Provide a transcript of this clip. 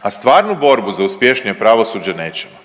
A stvarnu borbu za uspješnije pravosuđe nećemo.